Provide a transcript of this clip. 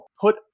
Put